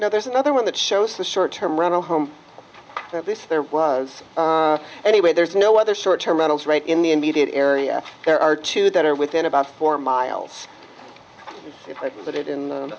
now there's another one that shows the short term rental home that this there was anyway there's no other sort terminals right in the immediate area there are two that are within about four miles if i put it in